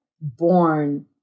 born